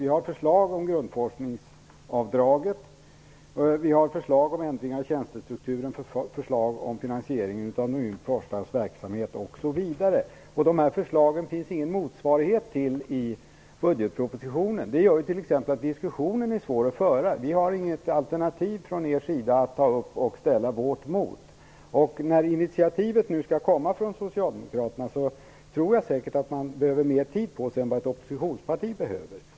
Vi har förslag om grundforskningsavdraget, vi har förslag om ändringar i tjänstestrukturen och vi har förslag om finansiering av forskarnas verksamhet. Det finns ingen motsvarighet till de här förslagen i budgetpropositionen. Det gör t.ex. att diskussionen är svår att föra. Det finns inget alternativ från er sida att ta upp och ställa vårt förslag mot. När initiativet nu skall komma från socialdemokraterna tror jag säkert att man behöver mer tid på sig än ett oppositionsparti behöver.